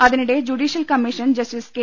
അതിനിടെ judicial commission justice K